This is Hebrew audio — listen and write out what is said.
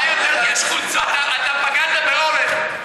אתה פגעת באורן.